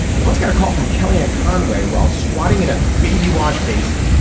he once got a call from kellyanne conway while squatting in a baby wash basin.